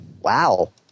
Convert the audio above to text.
Wow